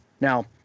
Now